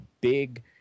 big